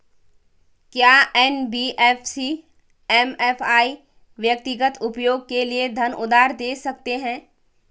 क्या NBFC MFI व्यक्तिगत उपयोग के लिए धन उधार दें सकते हैं?